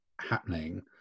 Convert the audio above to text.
happening